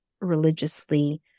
religiously